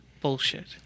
Bullshit